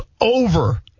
over